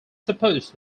supposed